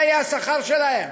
זה יהיה השכר שלהם,